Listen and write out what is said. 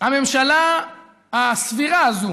הממשלה הסבירה הזאת